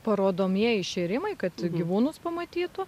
parodomieji šėrimai kad gyvūnus pamatytų